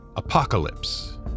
Apocalypse